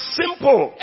simple